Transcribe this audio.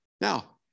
Now